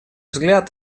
взгляд